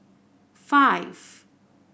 five